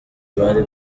bari